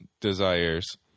desires